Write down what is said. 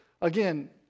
Again